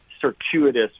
circuitous